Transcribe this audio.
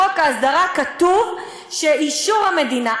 בחוק ההסדרה כתוב: אישור המדינה,